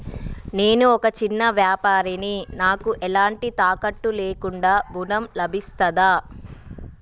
నేను ఒక చిన్న వ్యాపారిని నాకు ఎలాంటి తాకట్టు లేకుండా ఋణం లభిస్తదా?